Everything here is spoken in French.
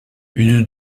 une